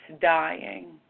dying